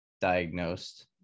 diagnosed